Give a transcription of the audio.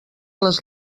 les